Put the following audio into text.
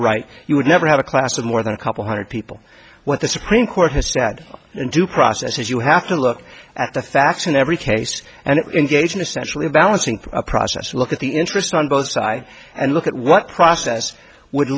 right you would never have a class of more than a couple hundred people what the supreme court has said and due process is you have to look at the facts in every case and engage in essentially a balancing process look at the interest on both sides and look at what process would